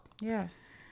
yes